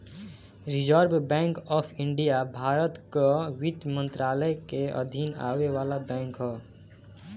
reserve Bank of India Bharat कअ वित्त मंत्रालय के अधीन आवे वाला बैंक हअ